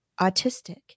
autistic